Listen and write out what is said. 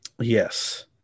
yes